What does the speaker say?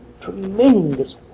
tremendous